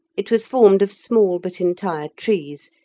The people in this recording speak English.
it was formed of small but entire trees,